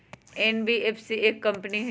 NBFC एक company हई?